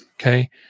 Okay